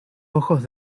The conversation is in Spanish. ojos